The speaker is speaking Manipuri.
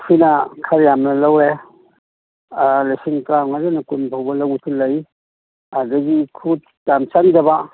ꯁꯤꯅ ꯈꯔ ꯌꯥꯝꯅ ꯂꯧꯔꯦ ꯂꯤꯁꯤꯡ ꯇ꯭ꯔꯥꯡꯉꯥꯗꯩꯅ ꯀꯨꯟꯐꯥꯎꯕ ꯂꯧꯕꯖꯨ ꯂꯩ ꯑꯗꯒꯤ ꯈꯨꯠ ꯌꯥꯝ ꯆꯪꯗꯕ